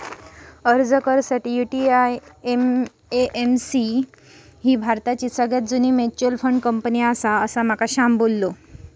अर्ज कर साठी, यु.टी.आय.ए.एम.सी ही भारताची सगळ्यात जुनी मच्युअल फंड कंपनी आसा, असा माका श्याम बोललो